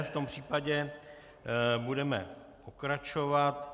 V tom případě budeme pokračovat.